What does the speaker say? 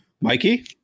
Mikey